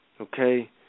Okay